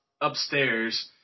upstairs